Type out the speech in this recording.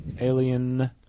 Alien